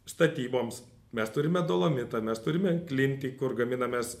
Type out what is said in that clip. statyboms mes turime dolomitą mes turime klintį kur gaminamės